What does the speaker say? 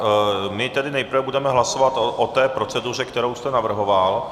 My tedy nejprve budeme hlasovat o té proceduře, kterou jste navrhoval.